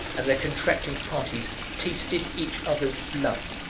and the contracting parties tasted each other's blood,